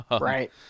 Right